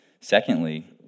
Secondly